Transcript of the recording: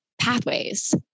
pathways